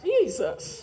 Jesus